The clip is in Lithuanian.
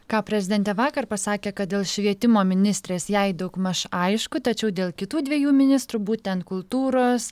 ką prezidentė vakar pasakė kad dėl švietimo ministrės jai daugmaž aišku tačiau dėl kitų dviejų ministrų būtent kultūros